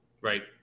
Right